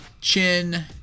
Chin